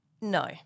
no